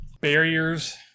barriers